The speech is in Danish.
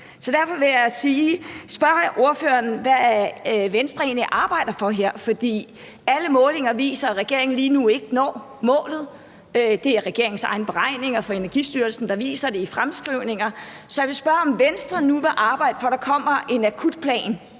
derfor vil jeg spørge ordføreren, hvad Venstre her egentlig arbejder for. For alle målinger viser, at regeringen lige nu ikke når målet. Det er regeringens egne beregninger fra Energistyrelsen, der viser det i fremskrivninger. Så jeg vil spørge, om Venstre nu vil arbejde for, at der kommer en akutplan